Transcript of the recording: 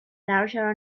larger